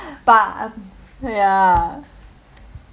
but um ya